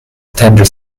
tender